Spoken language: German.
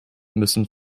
müssen